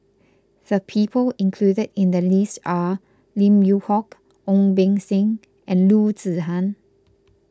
the people included in the list are Lim Yew Hock Ong Beng Seng and Loo Zihan